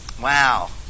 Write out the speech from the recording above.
Wow